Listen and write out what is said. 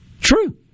True